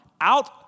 out